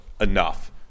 enough